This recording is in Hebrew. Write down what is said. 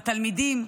והתלמידים,